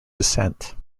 descent